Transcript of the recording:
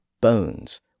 bones